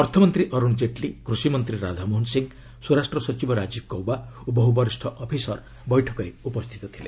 ଅର୍ଥମନ୍ତ୍ରୀ ଅର୍ଥଶ ଜେଟ୍ଲୀ କୃଷିମନ୍ତ୍ରୀ ରାଧାମୋହନ ସିଂ ସ୍ୱରାଷ୍ଟ୍ର ସଚିବ ରାଜୀବ ଗୌବା ଓ ବହ୍ର ବରିଷ୍ଣ ଅଫିସର ବୈଠକରେ ଉପସ୍ଥିତ ଥିଲେ